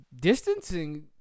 Distancing